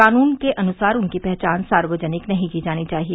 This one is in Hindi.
कानून के अनुसार उनकी पहचान सार्वजनिक नहीं की जानी चाहिए